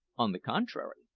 on the contrary,